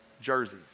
jerseys